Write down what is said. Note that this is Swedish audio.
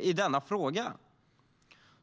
i denna fråga.